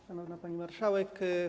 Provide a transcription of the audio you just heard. Szanowna Pani Marszałek!